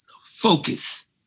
focus